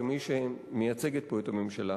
כמי שמייצגת פה את הממשלה: